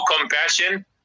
compassion